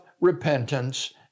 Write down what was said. repentance